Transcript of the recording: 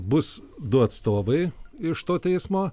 bus du atstovai iš to teismo